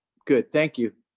good, thank you.